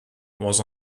was